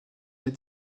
des